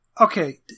Okay